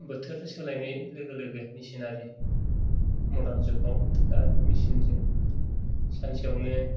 बोथोर सोलायनाय लोगो लोगो मेसिनारि दा मदार्न जुगाव सानसेयावनो